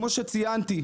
כמו שציינתי,